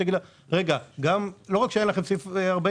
יגידו להם: לא רק שהיה לכם סעיף 46,